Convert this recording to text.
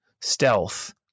stealth